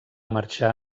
marxar